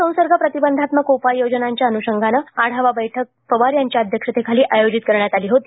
corona संसर्ग प्रतिबंधात्मक उपाययोजनांच्या अनुषंगाने आढावा बैठक पवार यांच्या अध्यक्षतेखाली आयोजित करण्यात आली होती